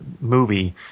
movie